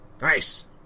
nice